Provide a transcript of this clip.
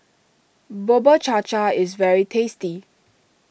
Bubur Cha Cha is very tasty